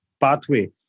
pathway